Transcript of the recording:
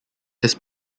his